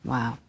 Wow